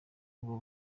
ngo